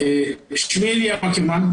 שמי אליהו אקרמן,